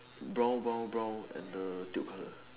brown brown brown and the tube colour